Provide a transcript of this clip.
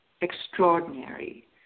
extraordinary